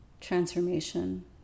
transformation